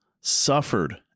suffered